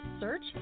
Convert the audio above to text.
search